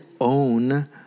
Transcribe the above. own